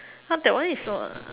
ah that one is on